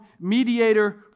mediator